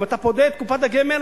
אם אתה פודה את קופת הגמל,